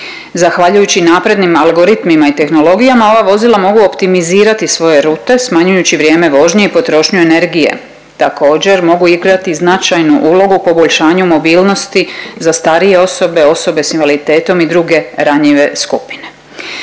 Zahvaljujući naprednim algoritmima i tehnologijama ova vozila mogu optimizirati svoje rute smanjujući vrijeme vožnje i potrošnju energije. Također, mogu igrati značajnu ulogu u poboljšanju mobilnosti za starije osobe, osobe s invaliditetom i druge ranjive skupine.